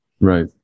right